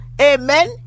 Amen